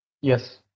yes